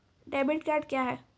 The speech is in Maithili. डेबिट कार्ड क्या हैं?